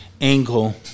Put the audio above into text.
angle